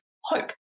hope